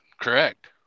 Correct